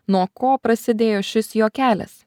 nuo ko prasidėjo šis jo kelias